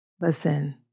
Listen